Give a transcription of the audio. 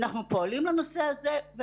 אנחנו פועלים בנושא הזה.